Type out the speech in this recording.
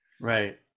Right